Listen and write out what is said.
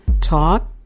Talk